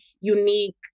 unique